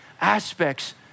aspects